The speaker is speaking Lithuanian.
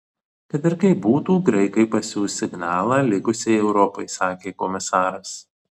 kad ir kaip būtų graikai pasiųs signalą likusiai europai sakė komisaras